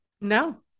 No